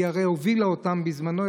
היא הרי הובילה אותן בזמנו,